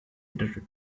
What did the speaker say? editor